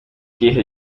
gehe